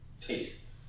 taste